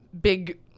big